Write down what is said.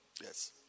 yes